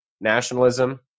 nationalism